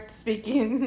speaking